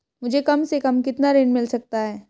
मुझे कम से कम कितना ऋण मिल सकता है?